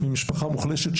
ממשפחה מוחלשת,